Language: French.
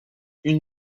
une